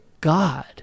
God